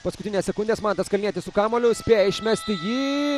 paskutines sekundes mantas kalnietis su kamuolia spėja išmesti jį